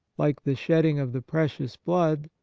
like the shedding of the precious blood,